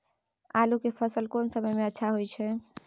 आलू के फसल कोन समय में अच्छा होय छै?